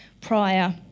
prior